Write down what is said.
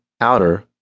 outer